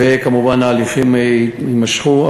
וכמובן ההליכים יימשכו.